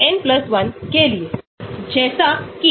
तो aliphatic system में केवल आगमनात्मक प्रभाव होता है